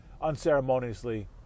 unceremoniously